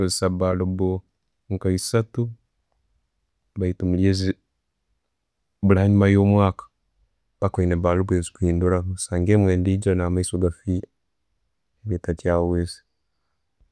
Nkosesa bulb nka'yisatu baitu mulyezo, buli'hanjuma yo'mwaka, mpaka oyina bulb zo kuyinduramu. Nsangire endi'egyo na maiso gafiire, mbaire ntachaweza.